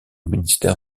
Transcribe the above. ministère